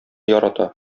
ярата